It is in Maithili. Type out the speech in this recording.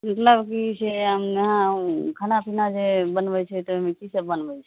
मतलब की छै खाना पिना जे बनबै छै तऽ ओहिमे कि सब बनबै छै